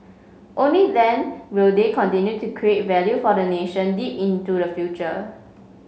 only then will they continue to create value for the nation deep into the future